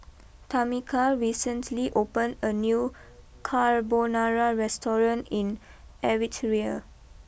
Tameka recently opened a new Carbonara restaurant in Eritrea